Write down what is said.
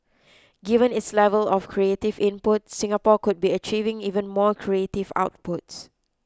given its level of creative input Singapore could be achieving even more creative outputs